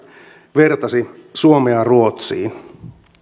vertasi suomea ruotsiin